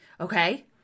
Okay